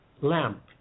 lamp